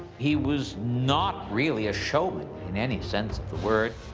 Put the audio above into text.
he was not really a showman in any sense of the word.